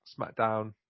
SmackDown